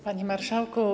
Panie Marszałku!